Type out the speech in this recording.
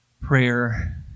prayer